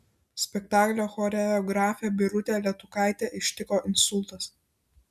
spektaklio choreografę birutę letukaitę ištiko insultas